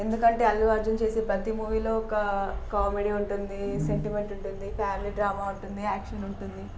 ఎందుకంటే అల్లు అర్జున్ చేసే ప్రతి మూవీలో ఒక కామెడీ ఉంటుంది సెంటిమెంట్ ఉంటుంది ఫ్యామిలీ డ్రామా ఉంటుంది యాక్షన్ ఉంటుంది